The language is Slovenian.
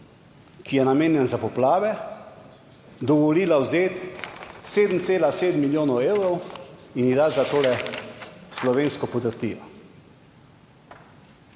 ki je namenjen za poplave, dovolila vzeti 7,7 milijonov evrov in jih dati za to slovensko podrtijo.